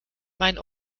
mein